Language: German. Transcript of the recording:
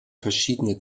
verschiedene